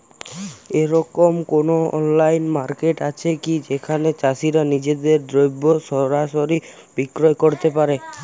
এরকম কোনো online market আছে কি যেখানে চাষীরা নিজেদের দ্রব্য সরাসরি বিক্রয় করতে পারবে?